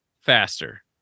faster